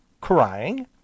Crying